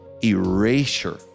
erasure